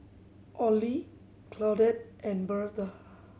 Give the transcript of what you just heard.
Olie Claudette and Birtha